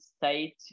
state